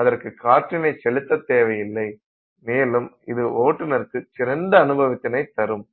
அதற்கு காற்றினை செலுத்த தேவையில்லை மேலும் இது ஓட்டுநருக்கு சிறந்த அனுபவத்தினை தரும்